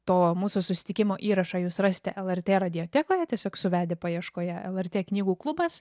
to mūsų susitikimo įrašą jūs rasite lrt radiatekoje tiesiog suvedę paieškoje lrt knygų klubas